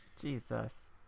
Jesus